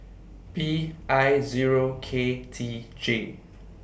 P I Zero K T J